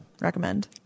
recommend